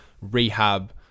rehab